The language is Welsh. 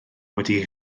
wedi